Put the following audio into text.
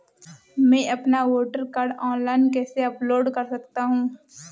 मैं अपना voter card online कैसे अपलोड कर सकता हूँ?